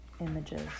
Images